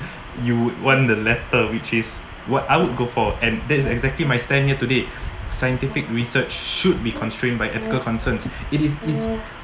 you would want the latter which is what I would go for and that's exactly my stand here today scientific research should be constrained by ethical concerns it is is